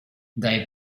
they